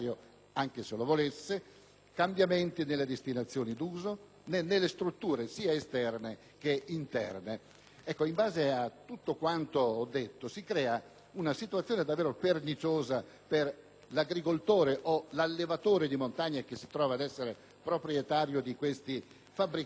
cambiamenti delle destinazioni d'uso nelle strutture sia esterne che interne. Ecco, in base a tutto quello che ho detto si crea una situazione davvero perniciosa per l'agricoltore o l'allevatore di montagna che si trova ad essere proprietario di questi fabbricati. Innanzitutto non gli